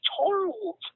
told